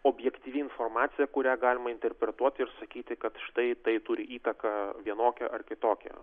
objektyvi informacija kurią galima interpretuot ir sakyti kad štai tai turi įtaką vienokią ar kitokią